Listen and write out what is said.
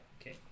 Okay